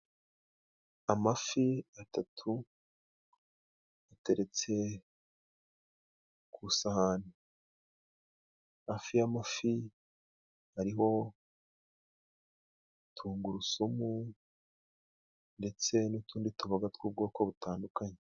Amafi atatu ateretse ku isahani ,hafi y'amafi hariho tungurusumu ndetse n'utundi tuboga tw'ubwoko butandukanye.